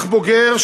אח בוגר,